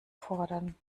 fordern